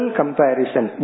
comparison